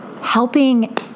helping